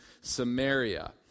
Samaria